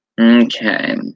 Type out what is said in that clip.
Okay